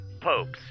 popes